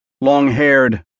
long-haired